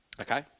Okay